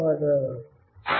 ధన్యవాదాలు